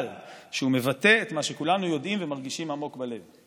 שהוא מבטא את מה שכולנו יודעים ומרגישים עמוק בלב.